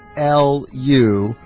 l u